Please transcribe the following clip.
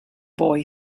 boy